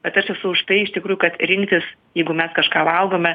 bet aš esu už tai iš tikrųjų kad rinktis jeigu mes kažką valgome